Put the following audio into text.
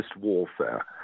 warfare